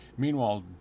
Meanwhile